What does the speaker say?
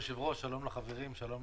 היושב-ראש, שלום לחברים, שלום